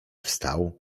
wstał